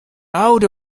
out